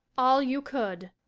all you could.